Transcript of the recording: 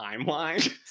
timeline